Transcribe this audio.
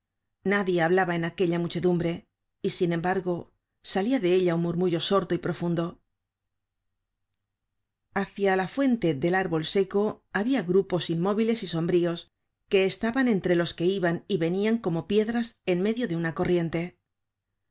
nadie hablaba en aquella muchedumbre y sin embargo salia de ella un murmullo sordo y profundo hacia la fuente del arbol seco habia grupos inmóviles y sombrios que estaban entre los que iban y venian como piedras en medio deunacorriente a